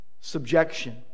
subjection